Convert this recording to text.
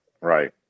right